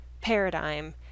paradigm